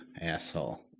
asshole